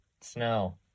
snow